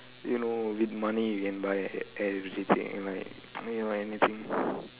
you know with money you can buy everything like you know anything